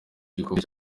gikomeye